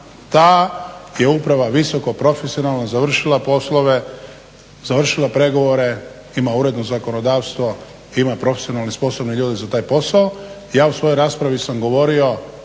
da je uprava visoko profesionalno završila poslove, završila pregovore, ima uredno zakonodavstvo, ima profesionalno sposobne ljude za taj posao. Ja u svojoj raspravi sam govorio